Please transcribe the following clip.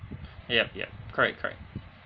yup yup correct correct